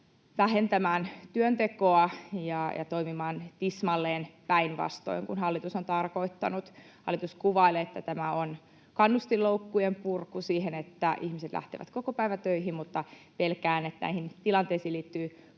vähentämään työntekoa ja toimimaan tismalleen päinvastoin kuin hallitus on tarkoittanut. Hallitus kuvailee, että tämä on kannustinloukkujen purku siihen, että ihmiset lähtevät kokopäivätöihin, mutta kun näihin tilanteisiin liittyy